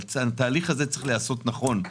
אבל התהליך הזה צריך להיעשות נכון,